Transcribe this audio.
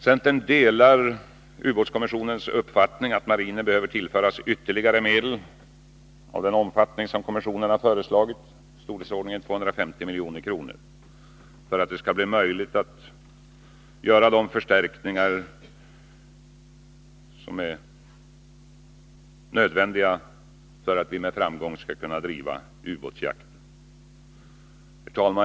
Centern delar ubåtskommissionens uppfattning att marinen behöver tillföras ytterligare medel av den omfattning som kommissionen har föreslagit — i storleksordningen 250 milj.kr. — för att det skall bli möjligt att göra de förstärkningar som är nödvändiga för att vi med framgång skall kunna bedriva ubåtsjakt. Herr talman!